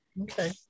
Okay